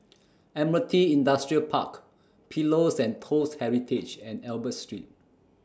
Admiralty Industrial Park Pillows and Toast Heritage and Albert Street